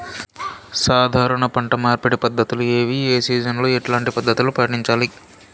సాధారణ పంట మార్పిడి పద్ధతులు ఏవి? ఏ సీజన్ లో ఎట్లాంటి పద్ధతులు పాటించాలి?